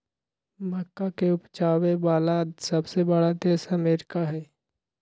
मक्का के उपजावे वाला सबसे बड़ा देश अमेरिका हई